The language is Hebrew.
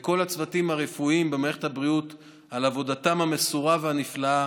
להודות לכל הצוותים הרפואיים במערכת הבריאות על עבודתם המסורה והנפלאה